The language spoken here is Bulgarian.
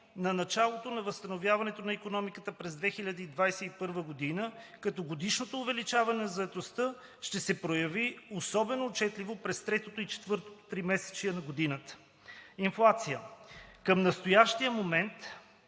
на началото на възстановяването на икономиката през 2021 г., като годишното увеличение на заетостта ще се прояви особено отчетливо през третото и четвъртото тримесечие на годината. Инфлация. Към настоящия момент